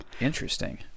Interesting